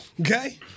Okay